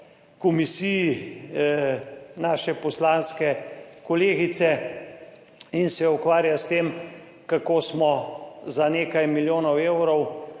komisiji naše poslanske kolegice in se ukvarja s tem, kako smo za nekaj milijonov evrov